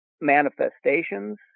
manifestations